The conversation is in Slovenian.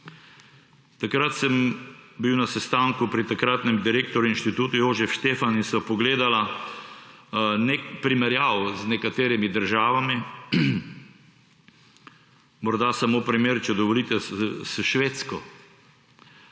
Takrat sem bil na sestanku pri takratnem direktorju Instituta Jožef Stefan in sva pogledala primerjavo z nekaterimi državami, morda samo primer, če dovolite, s Švedsko.